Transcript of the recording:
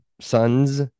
son's